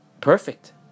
perfect